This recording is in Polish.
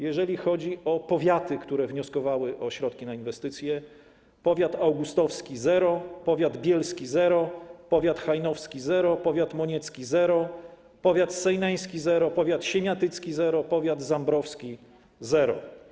Jeżeli chodzi o powiaty, które wnioskowały o środki na inwestycje: powiat augustowski - zero, powiat bielski - zero, powiat hajnowski - zero, powiat moniecki - zero, powiat sejneński - zero, powiat siemiatycki - zero, powiat zambrowski - zero.